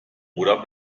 oder